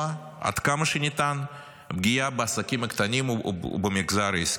עד כמה שניתן פגיעה בעסקים הקטנים ובמגזר העסקי.